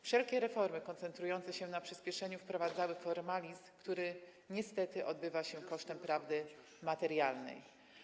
Wszelkie reformy koncentrujące się na przyspieszeniu wprowadzały formalizm, który niestety odbywa się kosztem prawdy materialnej.